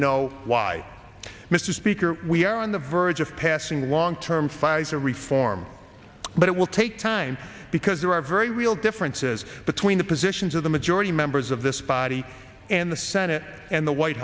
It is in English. know why mister speaker we are on the verge of passing the long term fizer reform but it will take time because there are very real differences between the positions of the majority members of this body and the senate and the white